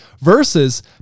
versus